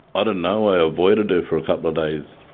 ah don't know, i avoided her for a couple of days.